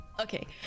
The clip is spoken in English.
okay